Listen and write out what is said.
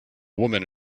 woman